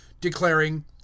declaring